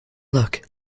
look